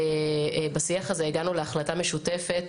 ובשיח הזה הגענו להחלטה משותפת,